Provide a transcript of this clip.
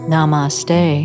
Namaste